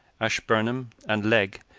ashburnham, and legg,